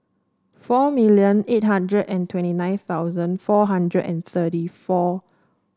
four million eight hundred and twenty nine thousand four hundred and thirty four